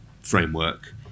framework